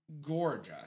Gorgeous